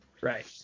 right